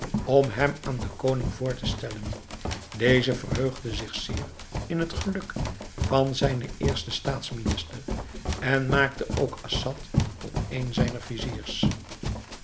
om hem aan den koning voor te stellen deze verheugde zich zeer in het geluk van zijnen eersten staats minister en maakte ook assad tot een zijner